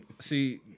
See